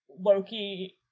Loki